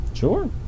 Sure